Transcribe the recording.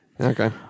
Okay